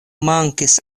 mankis